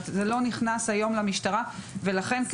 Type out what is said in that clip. זה לא נכנס היום למשטרה ולכן אנחנו,